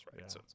right